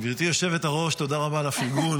גברתי היושבת-ראש, תודה רבה על הפרגון.